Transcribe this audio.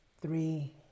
three